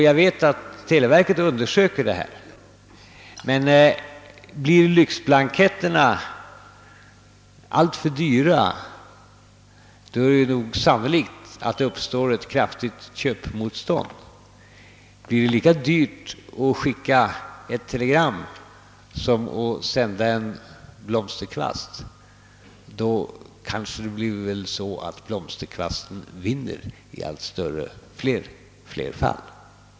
Jag vet att televerket undersöker detta spörsmål, men blir lyxblanketterna alltför dyra, uppstår det sannolikt ett kraftigt köpmotstånd. Blir det lika dyrt att skicka ett telegram som att sända en blomsterkvast blir det kanske så att blomsterkvasten vinner i allt flera fall.